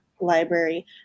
library